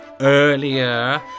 earlier